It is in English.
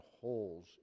holes